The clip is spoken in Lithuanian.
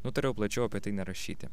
nutariau plačiau apie tai nerašyti